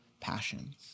passions